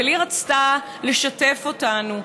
ולי רצתה לשתף אותנו.